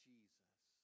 Jesus